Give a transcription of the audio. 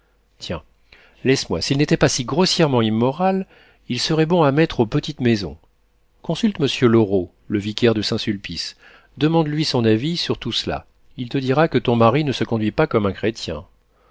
tiens laisse-moi s'il n'était pas si grossièrement immoral il serait bon à mettre aux petites-maisons consulte monsieur loraux le vicaire de saint-sulpice demande-lui son avis sur tout cela il te dira que ton mari ne se conduit pas comme un chrétien